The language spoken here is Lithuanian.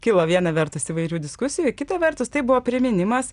kilo viena vertus įvairių diskusijų kita vertus tai buvo priminimas